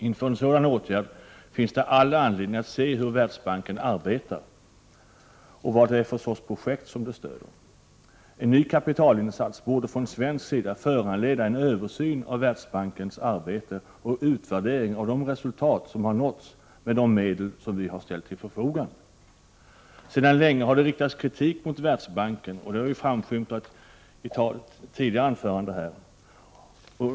Inför en sådan åtgärd finns det all anledning att se hur Världsbanken arbetar och vad det är för sorts projekt som den stöder. En ny kapitalinsats borde från svensk sida föranleda en översyn av Världsbankens arbete och en utvärdering av de resultat som har nåtts med de medel som vi har ställt till förfogande. Sedan länge har det riktats kritik mot Världsbanken. Det har framskymtat itidigare anföranden här.